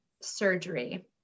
surgery